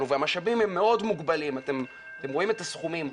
והמשאבים הם מאוד מוגבלים אתם רואים את הסכומים,